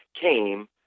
came